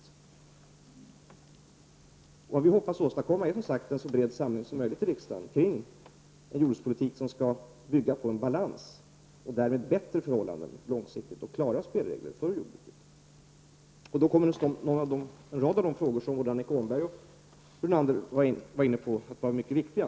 Vad vi hoppas åstadkomma är som sagt en så bred samling som möjligt i riksdagen kring en jordbrukspolitik som skall bygga på balans och därmed bättre förhållanden långsiktigt, och klara spelregler för jordbruket. En rad av de frågor som Annika Åhnberg och Lennart Brunander var inne på kommer då att vara mycket viktiga.